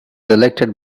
elected